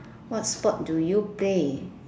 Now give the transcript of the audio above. what sport do you play